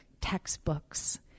textbooks